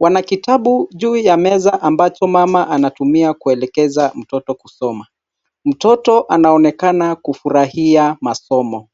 Wana kitabu juu ya meza ambacho mama anatumia kuelekeza mtoto kusoma. Mtoto anaonekana kufurahia masomo.